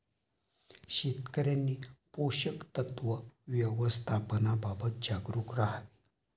शेतकऱ्यांनी पोषक तत्व व्यवस्थापनाबाबत जागरूक राहावे